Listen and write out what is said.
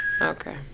Okay